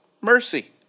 mercy